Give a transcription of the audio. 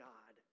God